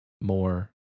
more